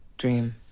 dream,